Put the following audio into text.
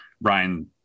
Brian